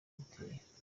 yabiteye